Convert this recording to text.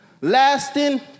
lasting